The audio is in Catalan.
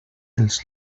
els